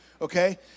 Okay